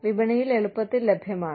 വിപണിയിൽ എളുപ്പത്തിൽ ലഭ്യമാണ്